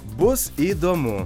bus įdomu